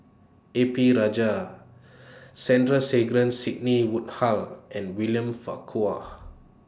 A P Rajah Sandrasegaran Sidney Woodhull and William Farquhar